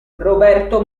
roberto